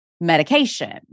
medication